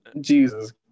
Jesus